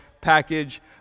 package